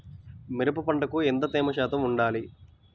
మిరప పంటకు ఎంత తేమ శాతం వుండాలి?